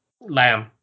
Lamb